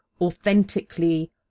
authentically